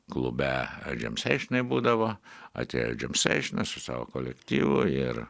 klube džemseišinai būdavo atėjo į džemseišiną su savo kolektyvu ir